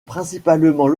principalement